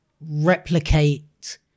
replicate